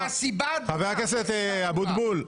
חבר הכנסת אבוטבול,